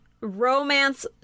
romance